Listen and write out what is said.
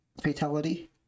fatality